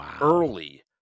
early